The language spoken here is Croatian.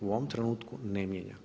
U ovom trenutku ne mijena.